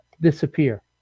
disappear